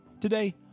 Today